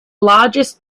largest